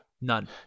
None